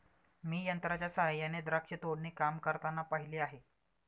मी यंत्रांच्या सहाय्याने द्राक्ष तोडणी काम करताना पाहिले आहे